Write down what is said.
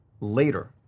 Later